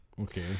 Okay